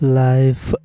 life